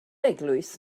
eglwys